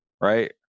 right